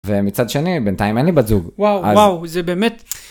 ומצד שני בינתיים אני לי בת זוג. וואו, וואו, זה באמת.